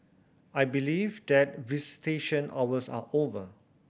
I believe that visitation hours are over